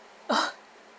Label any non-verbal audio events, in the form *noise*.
*noise*